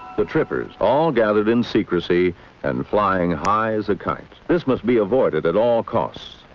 the trippers, all gathered in secrecy and flying high as a kite this must be avoided at all costs,